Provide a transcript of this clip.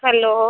hello